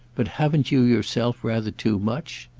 but haven't you yourself rather too much?